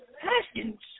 Haskins